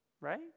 Right